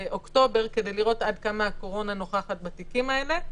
אוגוסט-אוקטובר כדי לראות עד כמה הקורונה נוכחת בתיקים האלה,